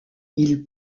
ils